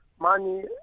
Money